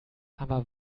aber